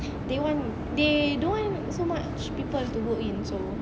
they want they don't want so much people to go in so